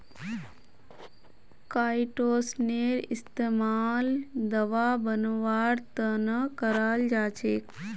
काईटोसनेर इस्तमाल दवा बनव्वार त न कराल जा छेक